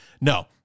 No